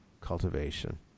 cultivation